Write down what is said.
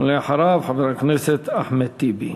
ואחריו, חבר הכנסת אחמד טיבי,